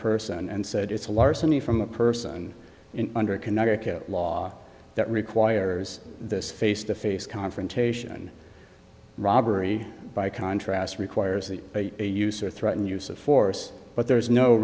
person and said it's a larceny from a person in under connecticut law that requires this face to face confrontation robbery by contrast requires that a use or threaten use of force but there is no